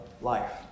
life